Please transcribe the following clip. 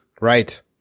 Right